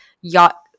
Yacht